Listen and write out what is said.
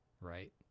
right